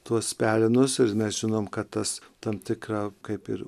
tuos pelenus ir mes žinome kad tas tam tikra kaip ir